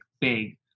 big